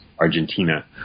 Argentina